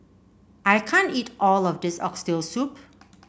I can't eat all of this Oxtail Soup